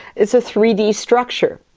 it's a three d structure.